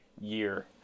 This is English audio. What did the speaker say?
year